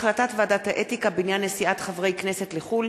החלטת ועדת האתיקה בעניין נסיעת חברי כנסת לחו"ל